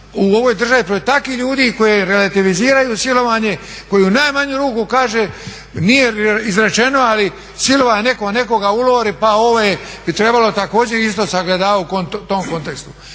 u ovoj državi protiv takvih ljudi koji relativiziraju silovanje, koji u najmanju ruku kaže nije izrečeno ali silova je netko nekoga u Lori pa ove bi trebalo također isto sagledavat u tom kontekstu.